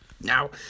Now